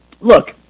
look